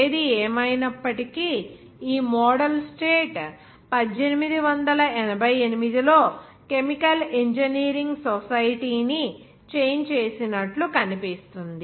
ఏది ఏమయినప్పటికీ ఈ మోడల్ స్టేట్ 1888 లో కెమికల్ ఇంజనీరింగ్ సొసైటీ ని చేంజ్ చేసినట్లు కనిపిస్తుంది